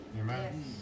Amen